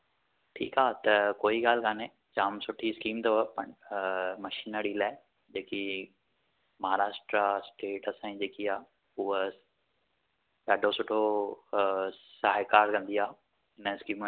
ठीकु आहे त कोई ॻाल्हि काने जाम सुठी स्कीम अथव मशीनरी लाइ जेकी महाराष्ट्रा स्टेट असांजी जेकी आहे उहा ॾाढो सुठो साहेकार कंदी आहे इन स्कीमनि ते